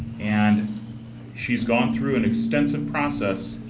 and she's gone through an extensive process.